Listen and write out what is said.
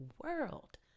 world